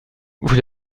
vous